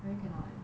really cannot eh